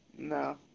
No